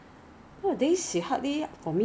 then you wash with water or wash with cleanser